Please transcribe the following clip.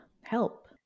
help